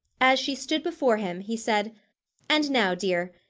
as she stood before him, he said and now, dear,